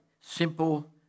simple